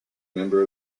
member